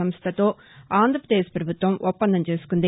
సంస్థతో ఆంధ్రాపదేశ్ పభుత్వం ఒప్పందం చేసుకుంది